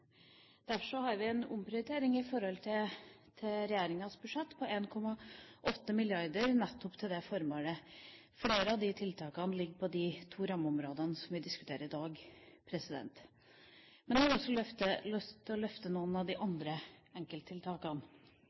Derfor har vi en omprioritering i forhold til regjeringas budsjett på 1,8 mrd. kr nettopp til det formålet. Flere av tiltakene ligger under de to rammeområdene som vi diskuterer i dag. Men jeg har også lyst til å løfte fram noen av de andre enkelttiltakene.